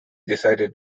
decided